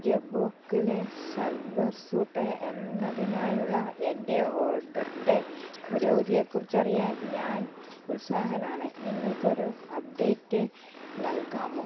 ജബോംഗിലെ salwar suit എന്നതിനായുള്ള എൻ്റെ ഓർഡറിൻ്റെ പുരോഗതിയെ കുറിച്ച് അറിയാൻ ഞാൻ ഉത്സാഹനാണ് നിങ്ങൾക്കൊരു അപ്ഡേറ്റ് നൽകാമോ